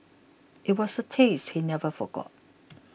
it was a taste he never forgot